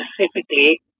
specifically